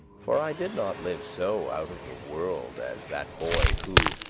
for i did not live so out of the world as that boy who,